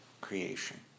creation